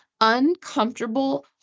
uncomfortable